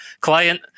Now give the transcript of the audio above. client